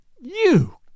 You